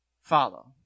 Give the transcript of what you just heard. follow